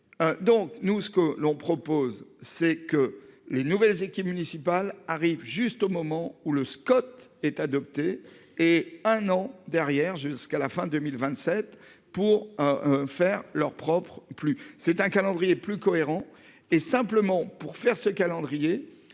Donc nous ce que l'on propose, c'est que les nouvelles équipes municipales arrive juste au moment où le Scott est adopté et un an derrière jusqu'à la fin 2027 pour un, un, faire leurs propres plus c'est un calendrier plus cohérent et simplement pour faire ce calendrier